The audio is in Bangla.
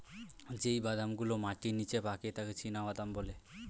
যেই বাদাম গুলো মাটির নিচে পাকে তাকে চীনাবাদাম বলে